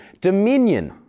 dominion